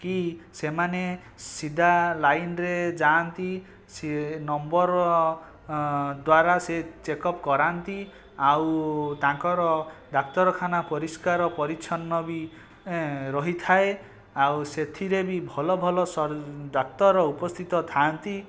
କି ସେମାନେ ସିଧା ଲାଇନରେ ଯାଆନ୍ତି ସିଏ ନମ୍ବର ଦ୍ୱାରା ସେ ଚେକଅପ୍ କରାନ୍ତି ଆଉ ତାଙ୍କର ଡାକ୍ତରଖାନା ପରିଷ୍କାର ପରିଛନ୍ନ ବି ରହିଥାଏ ଆଉ ସେଥିରେ ବି ଭଲ ଭଲ ସ ଡାକ୍ତର ଉପସ୍ଥିତ ଥାଆନ୍ତି